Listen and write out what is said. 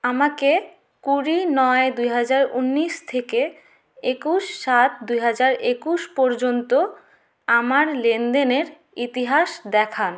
আমাকে কুড়ি নয় দুই হাজার উনিশ থেকে একুশ সাত দুই হাজার একুশ পর্যন্ত আমার লেনদেনের ইতিহাস দেখান